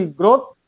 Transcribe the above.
growth